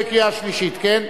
להצביע בקריאה שלישית, כן?